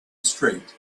straight